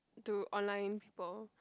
to online people